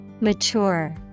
Mature